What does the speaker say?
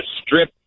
strip